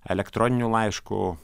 elektroniniu laišku